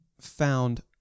found